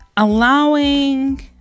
Allowing